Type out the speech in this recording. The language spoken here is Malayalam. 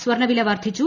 സ്വർണ്ണവില വർദ്ധിച്ചു